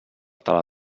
tala